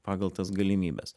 pagal tas galimybes